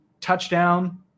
touchdown